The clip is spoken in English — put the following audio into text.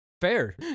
Fair